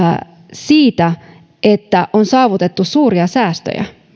siitä että on saavutettu suuria säästöjä